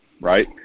right